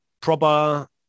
proper